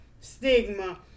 stigma